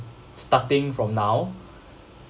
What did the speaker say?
starting from now